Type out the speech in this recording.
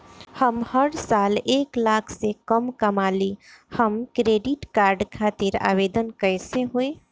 हम हर साल एक लाख से कम कमाली हम क्रेडिट कार्ड खातिर आवेदन कैसे होइ?